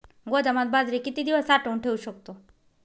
गोदामात बाजरी किती दिवस साठवून ठेवू शकतो?